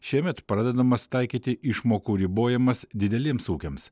šiemet pradedamas taikyti išmokų ribojimas dideliems ūkiams